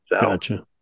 Gotcha